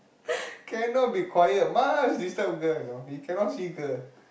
cannot be quiet must disturb girl you know he cannot see girl